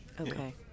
Okay